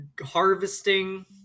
harvesting